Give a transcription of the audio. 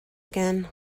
again